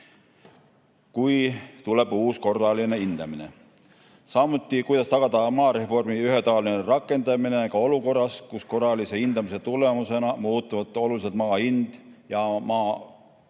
kui tuleb uus korraline hindamine, samuti seda, kuidas tagada maareformi ühetaoline rakendamine ka olukorras, kus korralise hindamise tulemusena muutuvad oluliselt maa hind ja maa